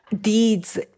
deeds